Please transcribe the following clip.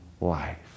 life